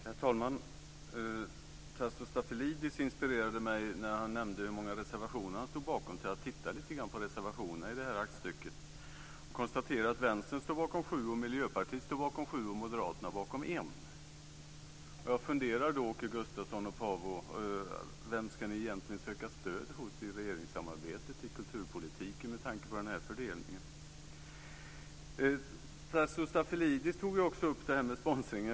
Herr talman! Tasso Stafilidis inspirerade mig när han nämnde hur många reservationer han stod bakom. Jag tittade på reservationerna till detta betänkandet och konstaterade att Vänstern står bakom sju, Miljöpartiet står bakom sju och Moderaterna bakom en. Jag undrar då, Åke Gustavsson och Paavo Vallius: Vem ska ni egentligen söka stöd hos i regeringssamarbetet när det gäller kulturpolitiken med tanke på den här fördelningen? Tasso Stafilidis tog också upp detta med sponsring.